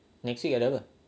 next week ada apa